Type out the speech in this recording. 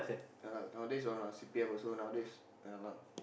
ya lah nowadays when our C_P_F also nowadays ya lah